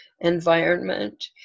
environment